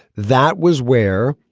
that was where.